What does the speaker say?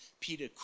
peter